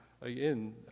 again